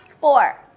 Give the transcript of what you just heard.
Four